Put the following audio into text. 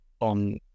on